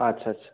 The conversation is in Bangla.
আচ্ছা আচ্ছা